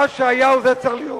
מה שהיה הוא זה שצריך להיות.